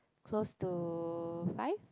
close to five